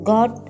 God